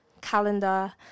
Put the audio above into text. calendar